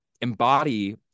embody